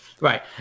Right